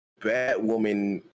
batwoman